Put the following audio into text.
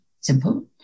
simple